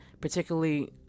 particularly